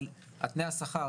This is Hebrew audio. אבל תנאי השכר,